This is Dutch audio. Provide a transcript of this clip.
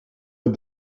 het